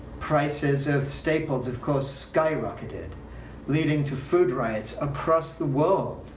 prices of staples, of course, skyrocketed leading to food riots across the world.